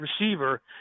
receiver